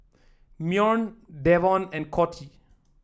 Myron Davon and Coty